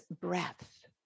breath